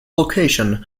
location